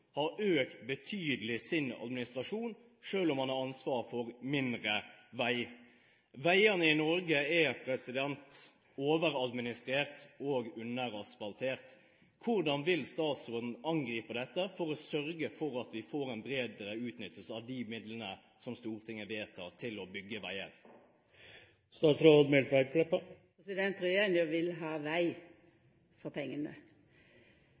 har økt sin administrasjon betydelig, selv om man har ansvar for mindre vei. Veiene i Norge er overadministrert og underasfaltert. Hvordan vil statsråden angripe dette for å sørge for at vi får en bedre utnyttelse av de midlene som Stortinget vedtar, til å bygge veier?